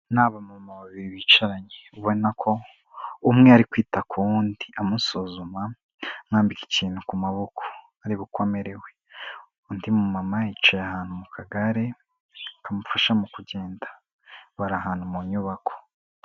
Aba ni abamama babiri bicanye ubona ko umwe ari kwita ku wundi amusuzuma, amwambika ikintu ku maboko areba uko amerewe, undi mumama yicaye ahantu mu kagare kamufasha mu kugenda, bari ahantu mu nyubako.